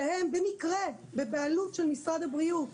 שהם במקרה בבעלות של משרד הבריאות,